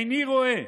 איני רואה